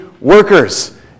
workers